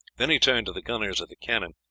then he turned to the gunners at the cannon.